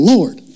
Lord